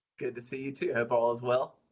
good to see you, too. i hope all is well.